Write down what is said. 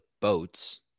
boats